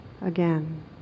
Again